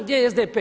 Gdje je SDP?